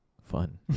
Fun